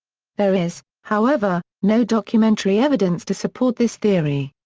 there is, however, no documentary evidence to support this theory.